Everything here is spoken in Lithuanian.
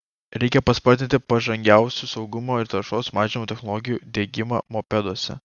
reikia paspartinti pažangiausių saugumo ir taršos mažinimo technologijų diegimą mopeduose